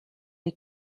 les